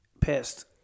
pissed